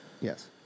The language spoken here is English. Yes